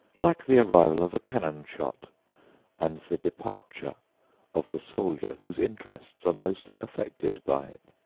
like the arrival of a cannon shot and the departure of the soldier whose interests are most affected by it.